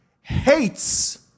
hates